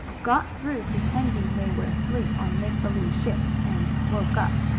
got through pretending they were asleep on a make-believe ship, and woke up.